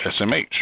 SMH